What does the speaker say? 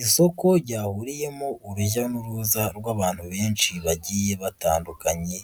Isoko ryahuriyemo urujya n'uruza rw'abantu benshi bagiye batandukanye